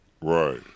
Right